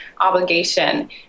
obligation